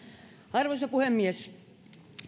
arvoisa puhemies